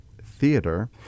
Theater